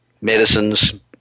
medicines